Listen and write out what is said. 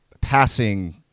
passing